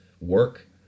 work